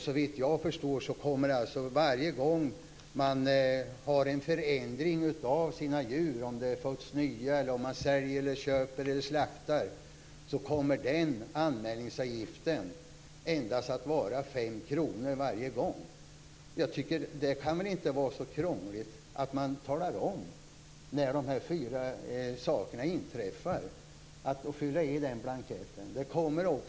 Såvitt jag förstår kommer anmälningsavgiften vid en förändring bland djuren - det föds nya, man säljer, köper eller slaktar - endast att vara 5 kr för varje gång. Det kan väl inte vara så krångligt att fylla i blanketten när de fyra sakerna inträffar.